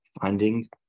Finding